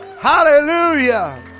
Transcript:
Hallelujah